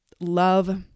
love